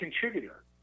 contributor